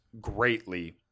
greatly